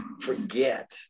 forget